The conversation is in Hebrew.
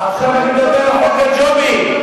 עכשיו אני מדבר על חוק הג'ובים.